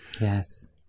Yes